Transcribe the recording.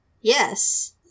yes